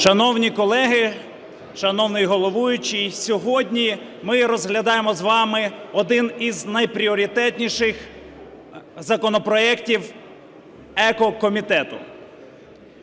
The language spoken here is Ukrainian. Шановні колеги, шановний головуючий! Сьогодні ми розглядаємо з вами один із найпріоритетніших законопроектів екокомітету.